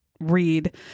read